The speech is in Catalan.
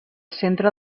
centre